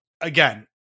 Again